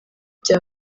bya